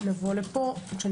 לבוא לפה עם